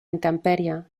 intempèrie